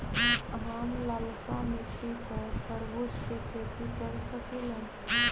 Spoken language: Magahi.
हम लालका मिट्टी पर तरबूज के खेती कर सकीले?